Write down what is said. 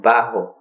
Bajo